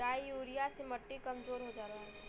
di urea से मट्टी कमजोर हो जाला